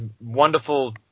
wonderful